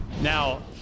Now